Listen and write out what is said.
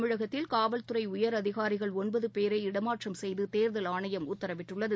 தமிழகத்தில் காவல்துறைஉயரதிகாரிகள் பேரை இடமாற்றம் செய்துதேர்தல் ஆணையம் உத்தரவிட்டுள்ளது